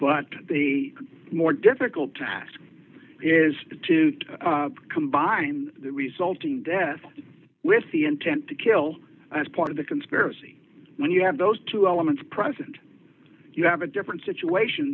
but the more difficult task is to combine the resulting death with the intent to kill as part of the conspiracy when you have those two elements present you have a different situation